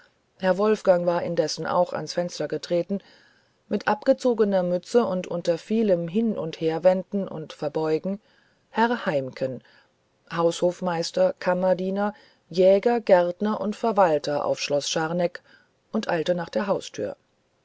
herr wolfgang war indes auch ans fenster getreten mit abgezogener mütze und unter vielem hin und herwenden und verbeugen herr heimken haushofmeister kammerdiener jäger gärtner und verwalter auf schloß scharneck und eilte nach der haustür